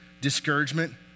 discouragement